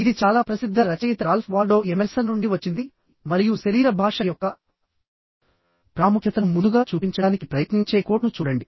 ఇది చాలా ప్రసిద్ధ రచయిత రాల్ఫ్ వాల్డో ఎమెర్సన్ నుండి వచ్చింది మరియు శరీర భాష యొక్క ప్రాముఖ్యతను ముందుగా చూపించడానికి ప్రయత్నించే కోట్ను చూడండి